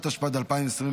התשפ"ד 2024,